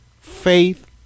faith